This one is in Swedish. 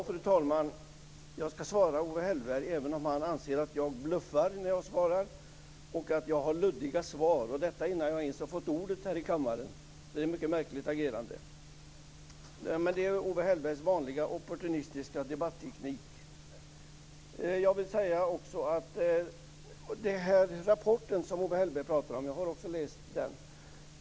Fru talman! Jag skall svara Owe Hellberg, även om han anser att jag bluffar när jag svarar och att jag har luddiga svar, och det innan jag ens har fått ordet i kammaren. Det är ett mycket märkligt agerande. Men det är Owe Hellbergs vanliga opportunistiska debattteknik. Jag har också läst den rapport som Owe Hellberg talar om.